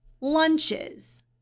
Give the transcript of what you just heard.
lunches